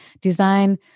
design